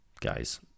guys